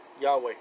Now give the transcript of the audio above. Yahweh